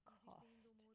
cost